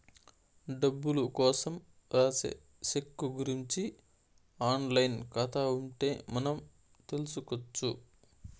డబ్బులు కోసం రాసే సెక్కు గురుంచి ఆన్ లైన్ ఖాతా ఉంటే మనం తెల్సుకొచ్చు